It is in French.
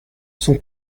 sont